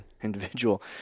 individual